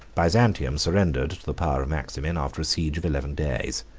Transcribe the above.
byzantium surrendered to the power of maximin, after a siege of eleven days.